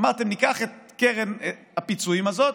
אמרתם: ניקח את קרן הפיצויים הזאת,